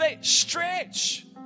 Stretch